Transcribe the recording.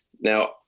Now